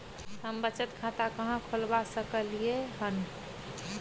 हम बचत खाता कहाॅं खोलवा सकलिये हन?